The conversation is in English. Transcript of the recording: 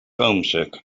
homesick